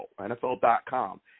NFL.com